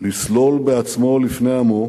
לסלול בעצמו, לפני עמו,